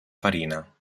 farina